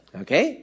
okay